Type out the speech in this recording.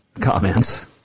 comments